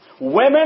Women